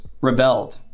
rebelled